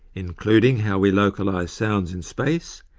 including how we localise sounds in space,